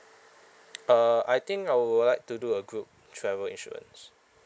uh I think I would like to do a group travel insurance